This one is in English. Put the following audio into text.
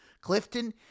Clifton